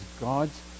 God's